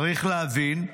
צריך להבין,